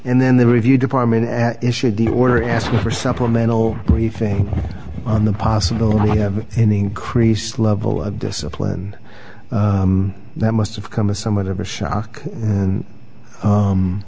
and then the review department issued the order asking for supplemental briefing on the possibility of an increased level of discipline that must have come a somewhat of a shock and